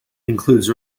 includes